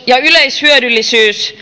ja yleishyödyllisyyttä